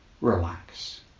Relax